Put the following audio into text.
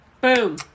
Boom